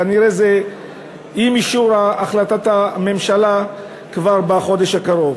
כנראה זה עם אישור החלטת הממשלה כבר בחודש הקרוב.